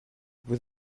vous